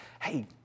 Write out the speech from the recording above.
Hey